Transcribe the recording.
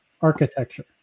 architecture